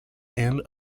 and